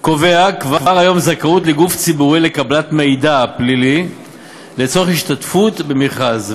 קובע כבר כיום זכאות לגוף ציבורי לקבלת מידע פלילי לצורך השתתפות במכרז,